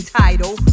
title